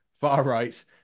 far-right